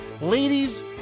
ladies